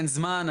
אין זמן,